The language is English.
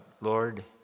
Lord